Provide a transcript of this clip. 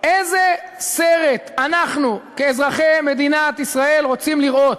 איזה סרט אנחנו, אזרחי מדינת ישראל, רוצים לראות?